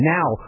Now